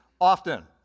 often